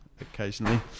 occasionally